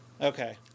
Okay